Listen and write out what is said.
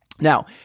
Now